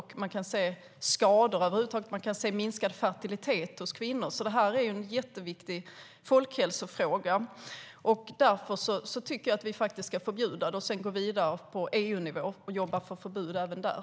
Man kan också se skador över huvud taget, och man kan se minskad fertilitet hos kvinnor. Det är alltså en jätteviktig folkhälsofråga. Därför tycker jag att vi faktiskt ska förbjuda det och sedan gå vidare på EU-nivå och jobba för ett förbud även där.